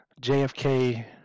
JFK